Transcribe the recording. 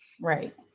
Right